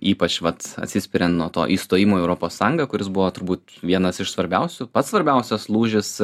ypač vat atsispiriant nuo to įstojimo į europos sąjungą kuris buvo turbūt vienas iš svarbiausių pats svarbiausias lūžis